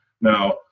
Now